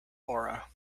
aura